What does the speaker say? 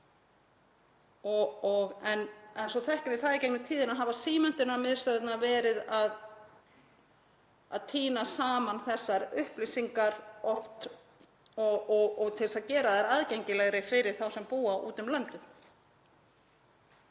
út. Svo þekkjum við það að í gegnum tíðina hafa símenntunarmiðstöðvarnar oft verið að tína saman þessar upplýsingar til að gera þær aðgengilegri fyrir þá sem búa úti um landið.